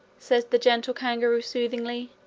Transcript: said the gentle kangaroo, soothingly.